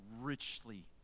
richly